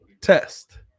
Test